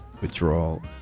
withdrawal